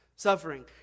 Suffering